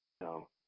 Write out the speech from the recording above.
No